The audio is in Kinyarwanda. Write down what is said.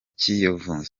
kiyovu